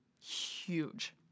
Huge